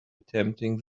attempting